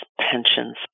pensions